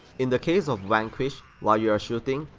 in the case of vanquish, while you're shooting,